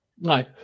no